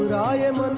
i am um